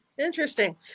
Interesting